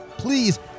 Please